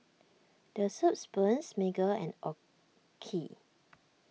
the Soup Spoon Smiggle and Oki